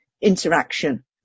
interaction